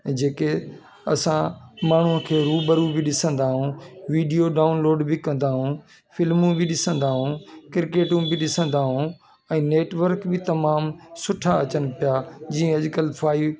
ऐं जेके असां माण्हूअ खे रूबरू बि ॾिसंदा ऐं वीडियो डाउनलोड बि कंदा ऐं फिल्मूं बि ॾिसंदा ऐं क्रिकेटियूं बि ॾिसंदा ऐं ऐं नेटवर्क बि तमामु सुठा अचनि पिया जीअं अॼुकल्ह फाइव